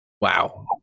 wow